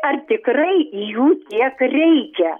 ar tikrai jų tiek reikia